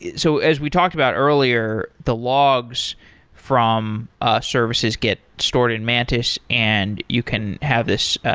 so as we talked about earlier, the logs from ah services get stored in mantis and you can have this,